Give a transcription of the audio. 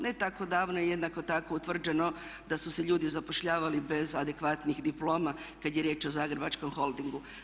Ne tako davno i jednako tako je utvrđeno da su se ljudi zapošljavali bez adekvatnih diploma kad je riječ o zagrebačkom Holdingu.